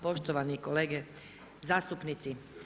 Poštovani kolege zastupnici.